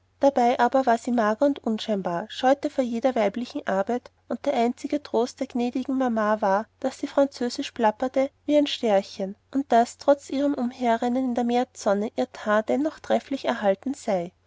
dabei war sie mager und unscheinbar scheute vor jeder weiblichen arbeit und der einzige trost der gnädigen mama war daß sie französisch plappere wie ein stärchen und daß trotz ihrem umherrennen in der märzsonne ihr teint dennoch trefflich erhalten sei